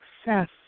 success